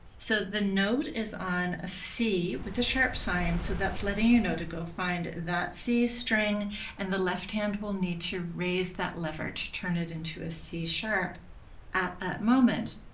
so the note is on a c with a sharp sign so that's letting you know to go find that c string and the left hand will need to raise that lever to turn it into a c sharp at that moment.